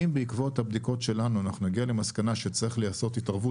אם בעקבות הבדיקות שלנו אנחנו נגיע למסקנה שצריך לעשות התערבות